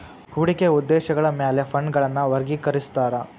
ಹೂಡಿಕೆಯ ಉದ್ದೇಶಗಳ ಮ್ಯಾಲೆ ಫಂಡ್ಗಳನ್ನ ವರ್ಗಿಕರಿಸ್ತಾರಾ